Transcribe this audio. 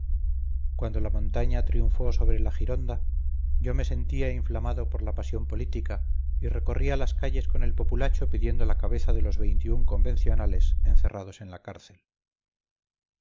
cuando la montaña triunfó sobre la gironda yo me sentía inflamado por la pasión política y recorría las calles con el populacho pidiendo la cabeza de los veintiún convencionales encerrados en la cárcel